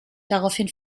daraufhin